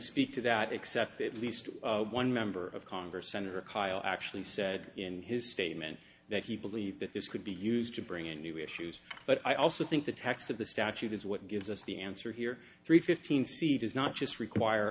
speak to that except that at least one member of congress senator kyl actually said in his statement that he believed that this could be used to bring in new issues but i also think the text of the statute is what gives us the answer here three fifteen seed is not just require